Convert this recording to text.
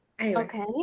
Okay